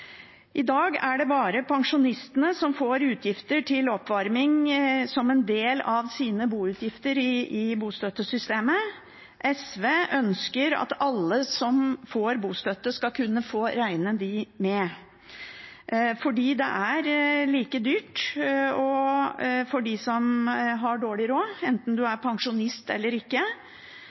I dag er det bare pensjonistene som får utgifter til oppvarming som en del av sine boutgifter i bostøttesystemet. SV ønsker at alle som får bostøtte, skal kunne få regne dem med, for det er like dyrt for dem som har dårlig råd – enten en er pensjonist eller ikke,